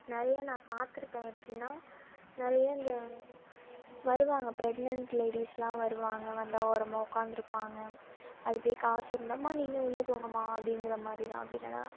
நிறைய நான் பார்த்துருக்கேன் எப்படின்னா நிறைய இந்த வருவாங்க ப்ரெக்னன்ட் லேடீஸ் எல்லாம் வருவாங்க வந்தால் ஓரமாக உக்காந்துருப்பாங்க அதை போயி காசு இருந்தால் ம்மா நீங்கள் உள்ளே போங்கம்மா அப்படிங்கிற மாதிரி தான் அப்படி இல்லைன்னா